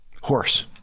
horse